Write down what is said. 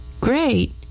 Great